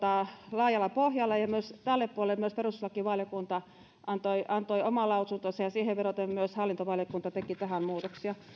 laajalla pohjalla ja kun tälle puolelle myös perustuslakivaliokunta antoi antoi oman lausuntonsa siihen vedoten hallintovaliokunta teki myös tähän muutoksia